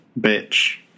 bitch